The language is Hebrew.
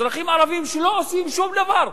אזרחים ערבים שלא עושים שום דבר,